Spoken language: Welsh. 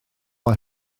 mae